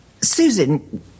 Susan